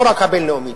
לא רק הבין-לאומית,